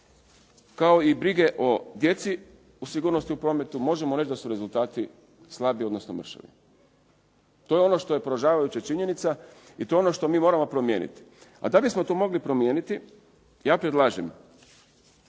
kao i brige o djeci o sigurnosti u prometu možemo reći da su rezultati slabi odnosno mršavi. To je ono što je poražavajuća činjenica i to je ono što mi moramo promijeniti, a da bismo to mogli promijeniti ja predlažem